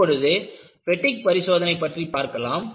இப்பொழுது பெட்டிக் பரிசோதனை பற்றி பார்க்கலாம்